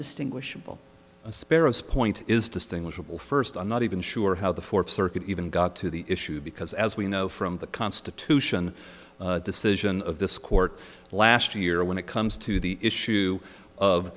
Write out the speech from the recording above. distinguishable sparrow's point is distinguishable first i'm not even sure how the fourth circuit even got to the issue because as we know from the constitution decision of this court last year when it comes to the issue of